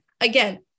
Again